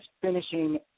finishing